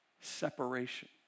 separation